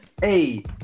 Hey